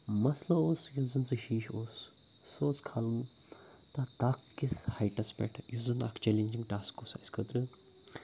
مثلہٕ اوس یُس زَن سُہ شیٖشہِ اوس سُہ اوس کھالُن تَتھ تاکھ کِس ہاٹَس پٮ۪ٹھ یُس زَن اَکھ چَلینٛجِنٛگ ٹاسک اوس اَسہِ خٲطرٕ